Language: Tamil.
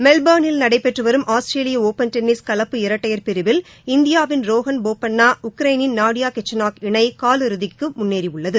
மெல்போர்னில் நடைபெற்று வரும் ஆஸ்திரேலிய ஒபன் டென்னிஸ் கலப்பு இரட்டையர் பிரிவில் இந்தியாவின் ரோஹன் போபண்ணா உக்ரைனின் நாடியா கிச்சநோக் இணை காலிறுதி கற்றுக்கு முன்னேறியுள்ளனர்